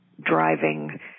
driving